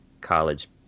College